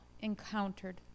encountered